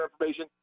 information